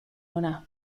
hona